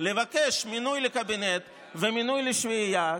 לבקש מינוי לקבינט ומינוי לשביעייה,